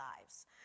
lives